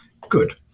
Good